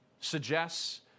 suggests